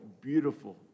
beautiful